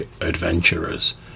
adventurers